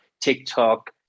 TikTok